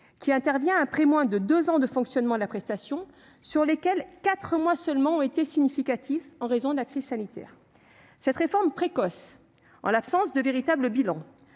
qui intervient après moins de deux ans de fonctionnement de la prestation, dont quatre mois seulement ont été significatifs en raison de la crise sanitaire. Cette réforme précoce, en l'absence de véritable bilan,